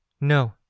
No